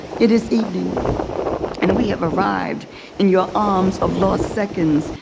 it is evening and we have arrived in your arms of lost seconds.